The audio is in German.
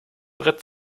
brett